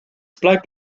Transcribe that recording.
bleibt